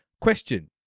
question